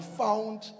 found